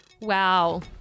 Wow